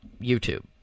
YouTube